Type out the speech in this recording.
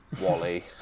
Wally